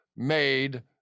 made